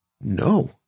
No